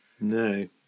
No